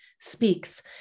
speaks